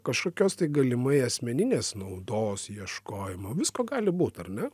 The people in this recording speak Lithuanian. kažkokios tai galimai asmeninės naudos ieškojimą visko gali būt ar ne